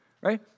right